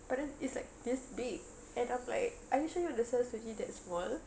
but then it's like this big and I'm like are you sure you want to sell suji that small